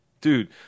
Dude